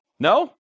No